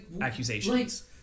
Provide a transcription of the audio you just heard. accusations